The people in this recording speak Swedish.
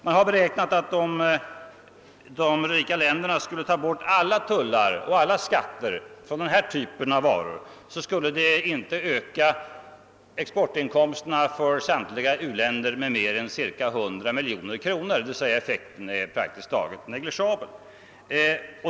Det har beräknats att om de rika länderna skulle ta bort alla tullar och alla skatter då det gäller denna typ av varor, skulle det inte öka exportinkomsterna för samtliga u-länder med mer än cirka 100 miljoner kronor. Effekten är alltså praktisk taget negligeabel.